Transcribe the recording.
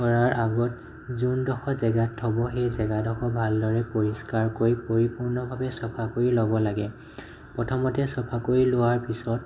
কৰাৰ আগত যোনডখৰ জেগাত থ'ব সেই জেগাডোখৰ ভালদৰে পৰিষ্কাৰ কৰি পৰিপূৰ্ণভাৱে চফা কৰি ল'ব লাগে প্ৰথমতে চফা কৰি লোৱাৰ পিছত